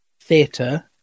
theatre